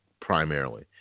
primarily